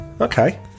Okay